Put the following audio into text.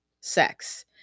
sex